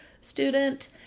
student